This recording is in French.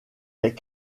est